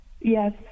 Yes